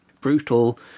brutal